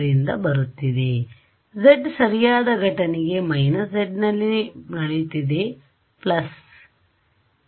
ರಿಂದ ಬರುತ್ತಿದೆ z ಸರಿಯಾದ ಘಟನೆ z ನಲ್ಲಿ ನಡೆಯುತ್ತಿದೆ z